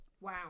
Wow